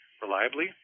reliably